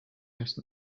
mist